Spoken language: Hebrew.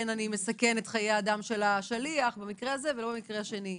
אלא אני מסכן חיי אדם של השליח במקרה הזה ולא במקרה השני.